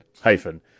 hyphen